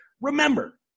remember